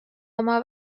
oma